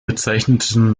bezeichneten